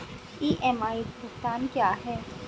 EMI भुगतान क्या है?